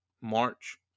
March